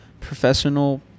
professional